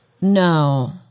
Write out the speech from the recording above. No